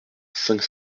cinq